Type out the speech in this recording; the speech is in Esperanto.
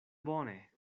bone